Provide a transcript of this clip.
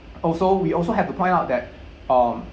also we also have to point out that um